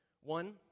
One